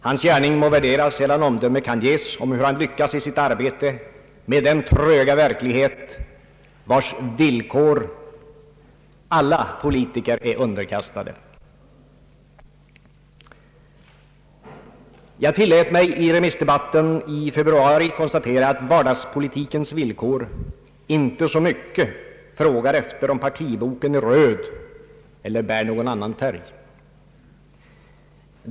Hans gärning må värderas när omdöme kan ges om hur han lyckas i sitt arbete med den tröga verklighet, vars villkor alla politiker är underkastade. Jag tillät mig i remissdebatten i februari konstatera att vardagspolitikens villkor inte så mycket frågar efter om partiboken är röd eller bär någon annan färg.